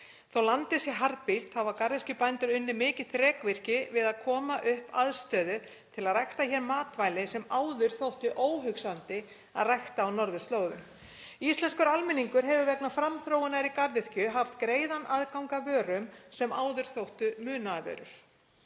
Þótt landið sé harðbýlt hafa garðyrkjubændur unnið mikið þrekvirki við að koma upp aðstöðu til að rækta hér matvæli sem áður þótti óhugsandi að rækta á norðurslóðum. Íslenskur almenningur hefur vegna framþróunar í garðyrkju haft greiðan aðgang að vörum sem áður þóttu munaðarvörur.